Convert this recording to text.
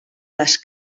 les